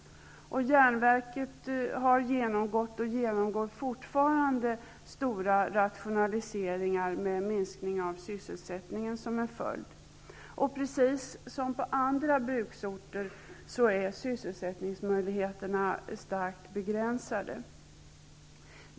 Jernverket har genomgått och genomgår fortfarande stora rationaliseringar med en minskning av sysselsättningen som följd. Och precis som på andra bruksorter är sysselsättningsmöjligheterna starkt begränsade.